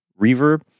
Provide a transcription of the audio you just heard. reverb